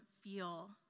feel